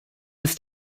ist